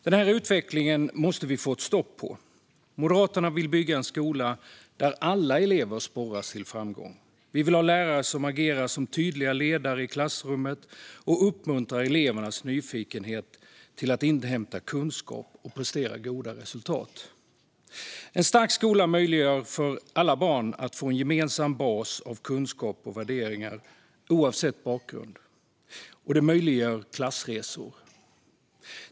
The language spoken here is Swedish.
Denna utveckling måste vi få stopp på. Moderaterna vill bygga en skola där alla elever sporras till framgång. Vi vill ha lärare som agerar som tydliga ledare i klassrummet och som uppmuntrar elevernas nyfikenhet när det gäller att inhämta kunskap och prestera goda resultat. En stark skola möjliggör för alla barn att få en gemensam bas av kunskap och värderingar, oavsett bakgrund. Det möjliggör klassresor.